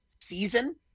season